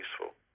useful